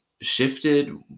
shifted